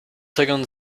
second